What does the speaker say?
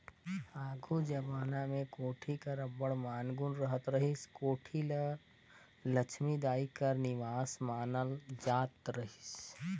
आघु जबाना मे कोठी कर अब्बड़ मान गुन रहत रहिस, कोठी ल लछमी दाई कर निबास मानल जात रहिस